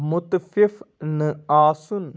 مُتفِف نہٕ آسُن